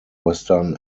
western